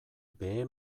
behe